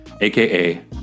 AKA